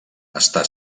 està